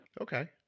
Okay